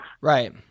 Right